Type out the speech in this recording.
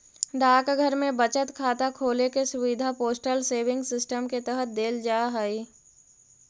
डाकघर में बचत खाता खोले के सुविधा पोस्टल सेविंग सिस्टम के तहत देल जा हइ